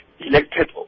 elected